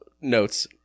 notes